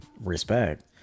Respect